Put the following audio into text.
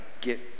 get